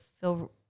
feel